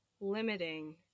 limiting